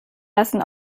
lassen